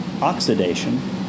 oxidation